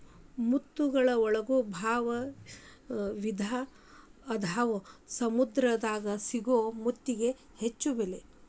ಮುತ್ತುಗಳ ಒಳಗು ಭಾಳ ವಿಧಾ ಅದಾವ ಸಮುದ್ರ ದಾಗ ಸಿಗು ಮುತ್ತಿಗೆ ಹೆಚ್ಚ ಬೆಲಿ